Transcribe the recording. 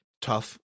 tough